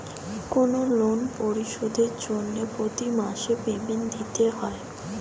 কোনো লোন পরিশোধের জন্য প্রতি মাসে পেমেন্ট দিতে হয়